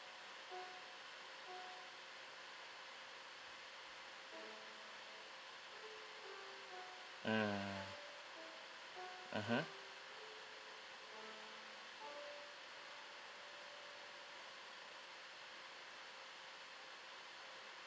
mm mmhmm